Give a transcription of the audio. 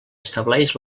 estableix